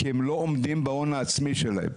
כי הם לא עומדים בהון העצמי שלהם.